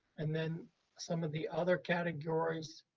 and then some of the other categories